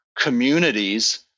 communities